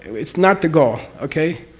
it's not the goal. okay?